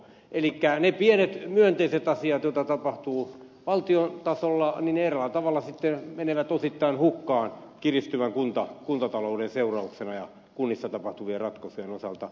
elikkä ne pienet myönteiset asiat joita tapahtuu valtion tasolla eräällä tavalla sitten menevät osittain hukkaan kiristyvän kuntatalouden seurauksena ja kunnissa tapahtuvien ratkaisujen osalta